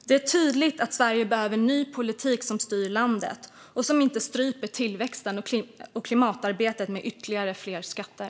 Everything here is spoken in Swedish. Det är tydligt att Sverige behöver ny politik som styr landet och som inte stryper tillväxten och klimatarbetet med ytterligare skatter.